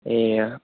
ए अँ